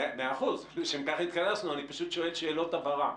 אכן, לשם כך נתכנסנו, אני פשוט שואל שאלות הבהרה.